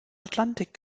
atlantik